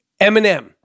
eminem